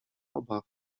obaw